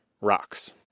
rocks